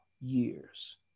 years